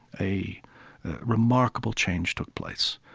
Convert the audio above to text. a remarkable change took place